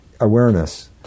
awareness